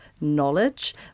knowledge